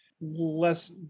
less